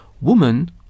Woman